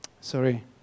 Sorry